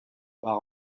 par